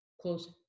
close